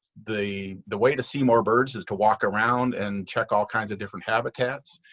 the the way to see more birds is to walk around and check all kinds of different habitats.